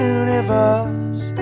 universe